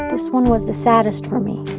this one was the saddest for me.